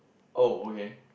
oh okay